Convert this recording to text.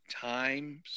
times